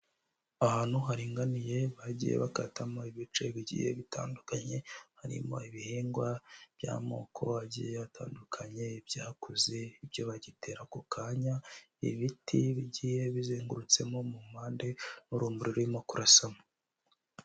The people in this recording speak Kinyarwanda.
Ahantu haringaniye bagiye bakatamo ibice bigiye bitandukanye, harimo ibihingwa by'amoko agiye atandukanye, ibyakuze, ibyo bagitera ako kanya, ibiti bigiye bizengurutsemo mu mpande, n'urumuri rurimo kurasamo.